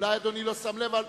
אולי אדוני לא שם לב,